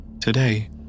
Today